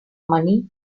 money